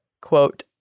quote